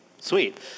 Sweet